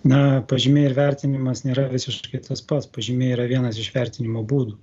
na pažymiai ir vertinimas nėra visiškai tas pats pažymiai yra vienas iš vertinimo būdų